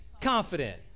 confident